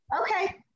Okay